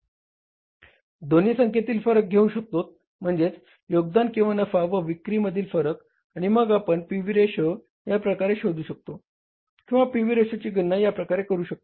आपण दोन्ही संख्येतील फरक घेऊ शकतो म्हणजेच योगदान किंवा नफा व विक्री मधील फरक आणि मग आपण पीव्ही रेशो या प्रकारेही शोधू शकतो किंवा पीव्ही रेशोची गणना या प्रकारेही करू शकतो